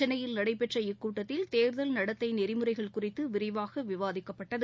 சென்னையில் நடைபெற்ற இக்கூட்டத்தில் தேர்தல் நடத்தை நெறிமுறைகள் குறித்து விரிவாக விவாதிக்கப்பட்டது